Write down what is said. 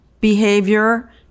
behavior